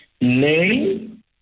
name